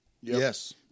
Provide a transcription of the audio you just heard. Yes